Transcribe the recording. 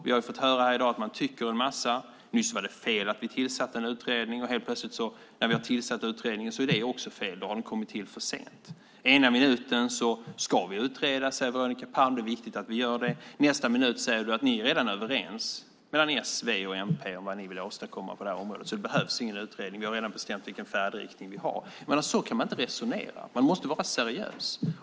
Vi har fått höra här i dag att man tycker en massa. Nyss var det fel att vi tillsatte en utredning. När vi nu har tillsatt utredningen är det helt plötsligt också fel. Då har den kommit till för sent. Den en minuten ska vi utreda, säger Veronica Palm, och tycker att det är viktigt att vi gör det. Nästa minut säger du att ni redan är överens mellan s, v och mp om vad ni vill åstadkomma på området och att det därför inte behövs någon utredning. Vi har redan bestämt vilken färdriktning vi har, säger du. Så kan man inte resonera. Man måste vara seriös.